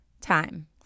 time